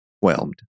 whelmed